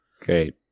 Great